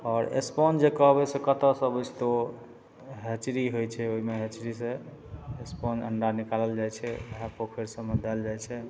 आओर स्पॉज जे कहबय से कतऽसँ अबय तऽ ओ हैचरी होइ छै ओइमे हैचरीसँ स्पॉज अण्डा निकालल जाइ छै वएह पोखरि सभमे देल जाइ छै